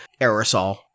aerosol